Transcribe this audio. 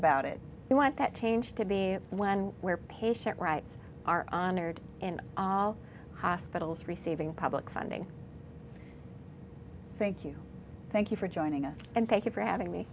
about it you want that change to be one where patient rights are honored in hospitals receiving public funding thank you thank you for joining us and thank you for having me